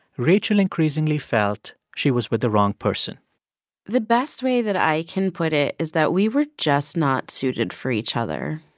rachel increasingly felt she was with the wrong person the best way that i can put it is that we were just not suited for each other.